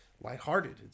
lighthearted